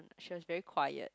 she was very quiet